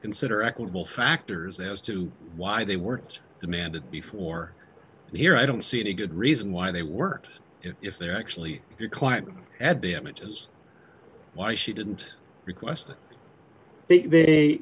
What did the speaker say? consider equitable factors as to why they weren't demanded before here i don't see any good reason why they work if they're actually your client at damages why she didn't request they